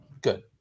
Good